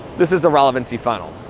this is the relevancy funnel,